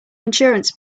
insurance